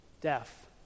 death